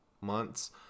months